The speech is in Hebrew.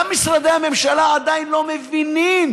גם משרדי הממשלה עדיין לא מבינים